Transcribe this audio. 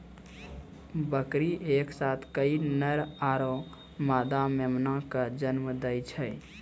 बकरी एक साथ कई नर आरो मादा मेमना कॅ जन्म दै छै